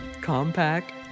compact